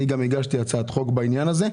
אני גם הגשתי הצעת חוק בעניין הזה.